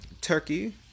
Turkey